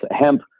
hemp